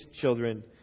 children